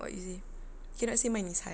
what you say cannot say mine is high